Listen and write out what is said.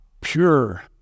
pure